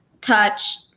touch